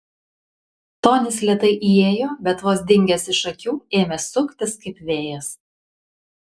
tonis lėtai įėjo bet vos dingęs iš akių ėmė suktis kaip vėjas